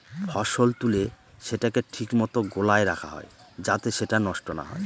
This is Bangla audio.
ফসল তুলে সেটাকে ঠিক মতো গোলায় রাখা হয় যাতে সেটা নষ্ট না হয়